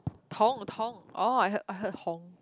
Tong Tong oh I heard I heard Hong